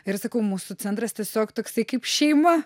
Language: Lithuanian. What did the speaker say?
ir sakau mūsų centras tiesiog toksai kaip šeima